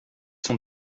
sont